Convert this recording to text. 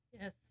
yes